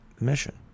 mission